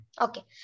Okay